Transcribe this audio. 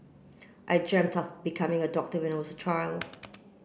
I dreamt of becoming a doctor when I was a child